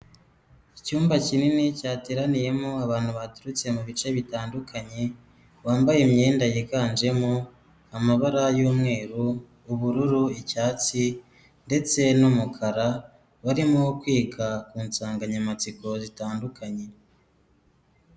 Icyumba kinini cyateraniyemo abantu baturutse mu bice bitandukanye, bambaye imyenda yiganjemo amabara y'umweru, ubururu, icyatsi ndetse n'umukara, barimo kwiga ku nsanganyamatsiko zitandukanye.